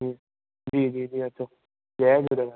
जी जी जी जी अचो जय झूलेलाल